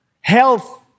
health